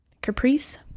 caprice